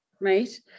right